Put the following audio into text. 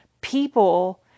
people